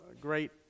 great